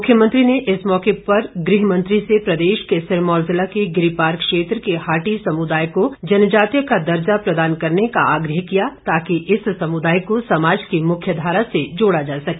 मुख्यमंत्री ने इस मौके पर गृह मंत्री से प्रदेश के सिरमौर जिला के गिरिपार क्षेत्र के हाटि समुदाय को जनजातीय का दर्जा प्रदान करने का आग्रह किया ताकि इस समुदाय को समाज की मुख्य धारा से जोड़ा जा सके